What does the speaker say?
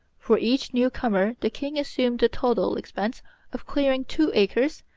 for each new-comer the king assumed the total expense of clearing two acres,